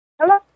Hello